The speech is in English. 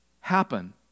happen